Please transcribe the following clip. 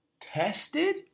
tested